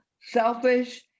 selfish